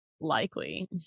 likely